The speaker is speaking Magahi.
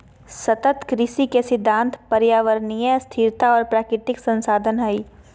सतत कृषि के सिद्धांत पर्यावरणीय स्थिरता और प्राकृतिक संसाधन हइ